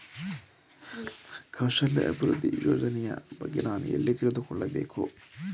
ಕೌಶಲ್ಯ ಅಭಿವೃದ್ಧಿ ಯೋಜನೆಯ ಬಗ್ಗೆ ನಾನು ಎಲ್ಲಿ ತಿಳಿದುಕೊಳ್ಳಬೇಕು?